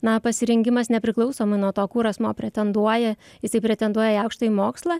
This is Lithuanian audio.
na pasirengimas nepriklausomai nuo to kur asmuo pretenduoja jisai pretenduoja į aukštąjį mokslą